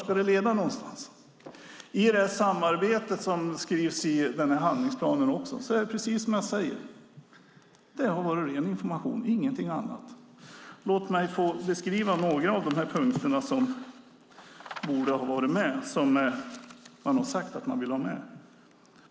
Vart ska det leda? I handlingsplanen skrivs det om samarbete. Det har varit ren information, ingenting annat. Jag ska räkna upp något av det som man har sagt att man ville ha med.